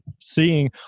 seeing